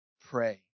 pray